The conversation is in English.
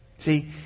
see